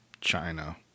China